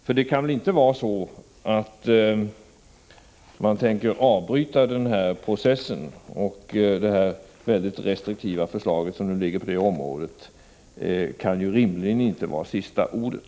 För det kan väl inte vara så att man tänker avbryta denna process? Det väldigt restriktiva förslag som nu föreligger på det området kan rimligen inte vara sista ordet.